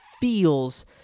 feels